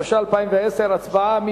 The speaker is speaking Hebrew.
התש"ע 2010. הצבעה.